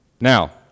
Now